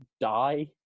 die